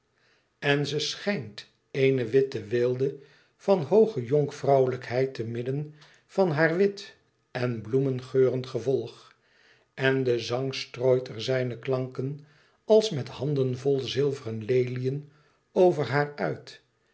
en ze schijnt ééne witte weelde van hooge jonkvrouwelijkheid te midden van haar wit en bloemengeurend gevolg en de zang strooit er zijne klanken als met handenvol zilveren leliën over haar uit